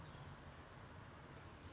I think if I if I am not wrong I